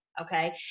Okay